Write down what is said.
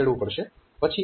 પછી આપણે અહીં SETB P3